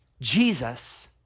Jesus